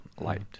light